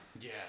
Yes